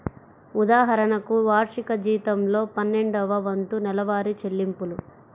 ఉదాహరణకు, వార్షిక జీతంలో పన్నెండవ వంతు నెలవారీ చెల్లింపులు